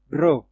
Bro